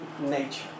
nature